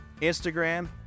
Instagram